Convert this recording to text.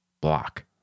block